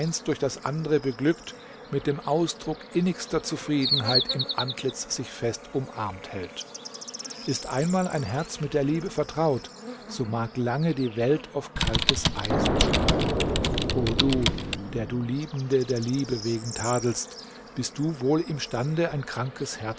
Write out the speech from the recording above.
durch das andre beglückt mit dem ausdruck innigster zufriedenheit im antlitz sich fest umarmt hält ist einmal ein herz mit der liebe vertraut so mag lange die welt auf kaltes eisen schlagen o du der du liebende der liebe wegen tadelst bist du wohl imstande ein krankes